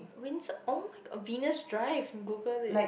Venus drive google it